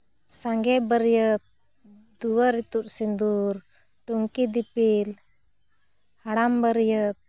ᱥᱟᱸᱜᱮ ᱵᱟᱹᱨᱭᱟᱹᱛ ᱫᱩᱣᱟᱹᱨ ᱤᱛᱩᱫ ᱥᱤᱸᱫᱩᱨ ᱴᱩᱝᱠᱤ ᱫᱤᱯᱤᱞ ᱦᱟᱲᱟᱢ ᱵᱟᱹᱨᱭᱟᱹᱛ